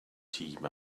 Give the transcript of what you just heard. team